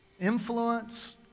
influence